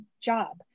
job